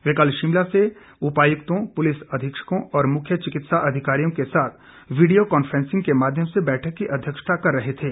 वे कल शिमला से उपायुक्तों पुलिस अधीक्षकों और मुख्य चिकित्सा अधिकारियों के साथ वीडियो कॉन्फ्रेंसिंग के माध्यम से बैठक की अध्यक्षता कर रहे थे